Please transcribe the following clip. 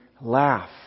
laugh